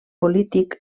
polític